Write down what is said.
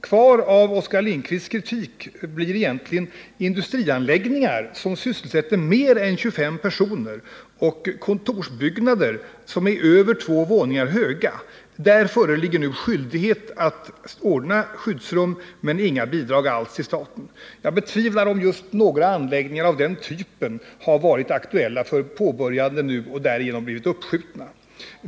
Kvar som mål för Oskar Lindkvists kritik står egentligen bara industrianläggningar som sysselsätter mer än 25 personer och kontorsbyggnader som är över två våningar höga. Där föreligger nu skyldighet att ordna skyddsrum, men inga bidrag ges av staten. Jag betvivlar att just några anläggningar av den typen har varit aktuella för påbörjande nu och blivit uppskjutna.